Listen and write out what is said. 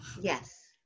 Yes